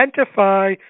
identify